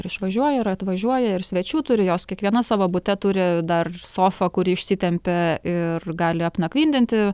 ir išvažiuoja ir atvažiuoja ir svečių turi jos kiekviena savo bute turi dar sofą kuri išsitempia ir gali apnakvindinti